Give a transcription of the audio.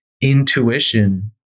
intuition